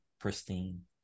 pristine